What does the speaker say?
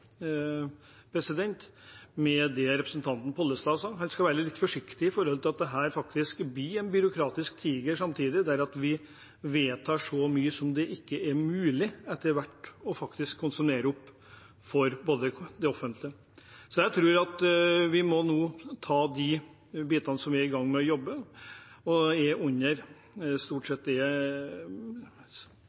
det representanten Pollestad sa. En skal være litt forsiktig med tanke på at dette samtidig blir en byråkratisk tiger, at vi vedtar så mye at det etter hvert ikke er mulig å konsumere for det offentlige. Jeg tror at vi nå må ta de bitene som vi er i gang med å jobbe med, og der det stort sett